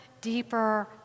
deeper